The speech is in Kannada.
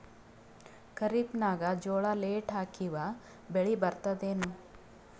ಖರೀಫ್ ನಾಗ ಜೋಳ ಲೇಟ್ ಹಾಕಿವ ಬೆಳೆ ಬರತದ ಏನು?